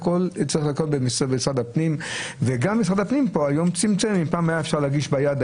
גם משרד הפנים היום צמצם כי פעם היה אפשר להגיש ידנית,